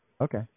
Okay